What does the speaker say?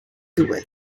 duel